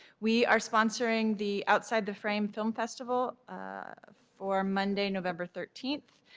we are sponsoring the outside the frame film festival for monday, november thirteen.